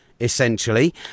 essentially